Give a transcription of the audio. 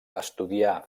estudià